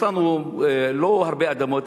יש לנו לא הרבה אדמות,